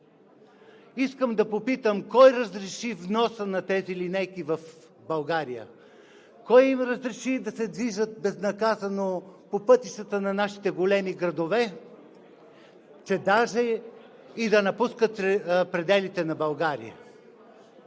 Искам да попитам: кой разреши вноса на тези линейки в България? Кой им разреши да се движат безнаказано по пътищата на нашите големи градове, че даже и да напускат пределите на България?